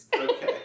Okay